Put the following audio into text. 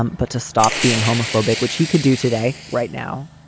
um but to stop being homophobic, which he could do today. right now.